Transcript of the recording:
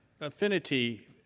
affinity